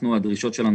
הצגנו את הדרישות שלנו,